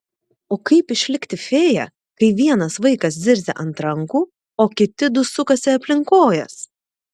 o kaip išlikti fėja kai vienas vaikas zirzia ant rankų o kiti du sukasi aplink kojas